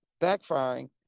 backfiring